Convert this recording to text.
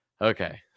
okay